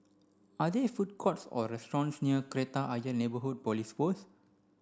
are there food courts or restaurants near Kreta Ayer Neighbourhood Police Post